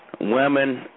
women